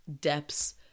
depths